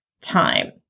time